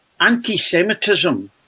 anti-Semitism